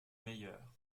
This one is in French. meilleur